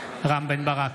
רם בן ברק,